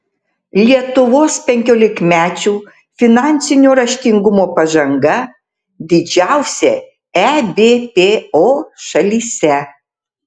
lietuvos penkiolikmečių finansinio raštingumo pažanga didžiausia ebpo šalyse